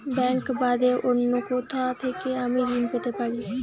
Bank বাদে অন্য কোথা থেকে আমি ঋন পেতে পারি?